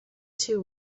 two